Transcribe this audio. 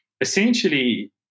essentially